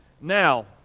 Now